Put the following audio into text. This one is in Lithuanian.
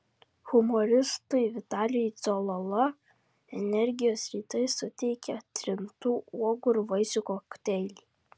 humoristui vitalijui cololo energijos rytais suteikia trintų uogų ir vaisių kokteiliai